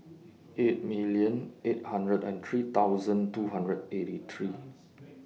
eight million eight hundred and three thousand two hundred eighty three